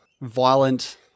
violent